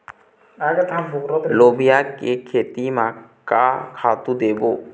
लोबिया के खेती म का खातू देबो?